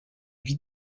vie